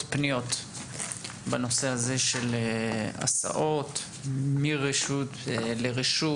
פניות בנושא הזה של הסעות מרשות לרשות,